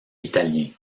italien